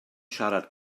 siarad